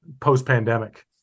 post-pandemic